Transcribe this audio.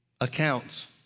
accounts